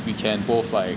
we can both like